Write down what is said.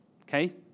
Okay